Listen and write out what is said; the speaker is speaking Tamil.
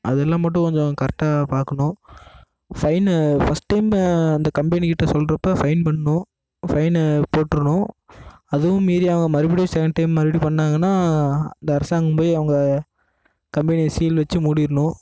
அது எல்லாம் மட்டும் கொஞ்சம் கரெக்டாக பார்க்கணும் ஃபைன்னு ஃபர்ஸ்ட் டைம்மு அந்த கம்பெனிக்கிட்ட சொல்றப்போ ஃபைன் பண்ணும் ஃபைனை போட்டுருணும் அதுவும் மீறி அவங்க மறுபடி செகண்ட் டைம் மறுபடியும் பண்ணாங்கன்னா இந்த அரசாங்கம் போய் அவங்க கம்பெனியை சீல் வச்சி மூடிருணும்